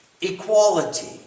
equality